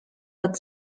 but